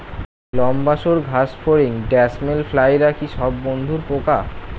লম্বা সুড় ঘাসফড়িং ড্যামসেল ফ্লাইরা কি সব বন্ধুর পোকা?